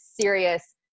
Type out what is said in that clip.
serious